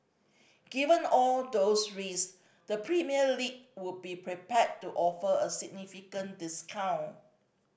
given all those risk the Premier League would be prepared to offer a significant discount